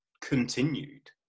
continued